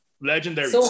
legendary